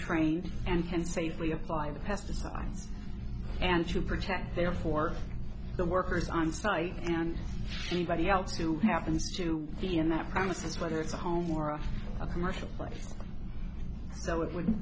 trained and can safely apply the pesticides and to protect their for the workers on site and anybody else who happens to be in that promises whether it's a home or a commercial flight so it would